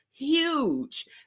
huge